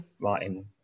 writing